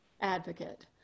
advocate